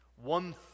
One